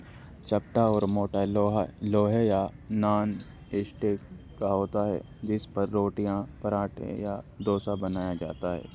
چپٹا اور موٹا لوہا لوہے یا نان اسٹک کا ہوتا ہے جس پر روٹیاں پراٹھے یا دووسا بنایا جاتا ہے